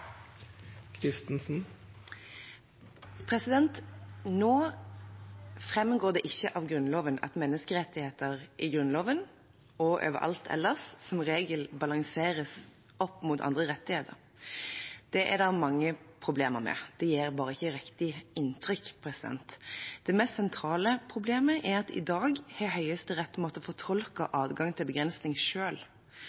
Nå framgår det ikke av Grunnloven at menneskerettigheter i Grunnloven og overalt ellers som regel balanseres opp mot andre rettigheter. Det er det mange problemer med – det gir bare ikke riktig inntrykk. Det mest sentrale problemet er at i dag har Høyesterett måttet fortolke en adgang til